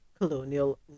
colonial